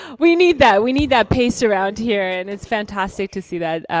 we need that, we need that pace around here and it's fantastic to see that.